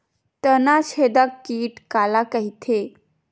तनाछेदक कीट काला कइथे?